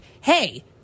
hey